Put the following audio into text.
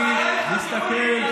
ואני מסתכל,